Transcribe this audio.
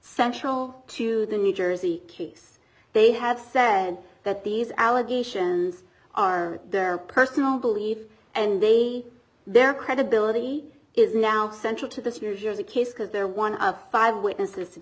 central to the new jersey case they have said that these allegations are their personal belief and they their credibility is now central to this new jersey case because they're one of five witnesses